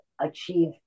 achieve